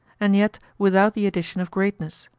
and yet without the addition of greatness,